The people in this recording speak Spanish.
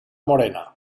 morena